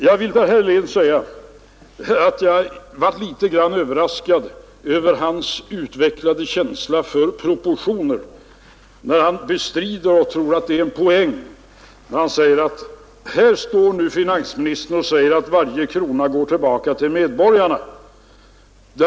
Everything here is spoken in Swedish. Jag blev litet överraskad över herr Heléns utvecklade känsla för proportioner när han tror att det är en poäng då han säger: ”Här påstår nu finansministern att varje krona går tillbaka till medborgarna.